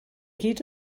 gyd